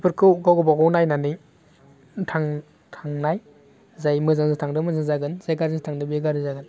बेफोरखौ गाव गाबागाव नायनानै थां थांनाय जाय मोजाजों थांदों मोजां जादों जाय गाज्रिजों थांदों बे गाज्रि जादों